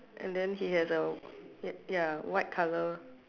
and then he has a y~ ya white colour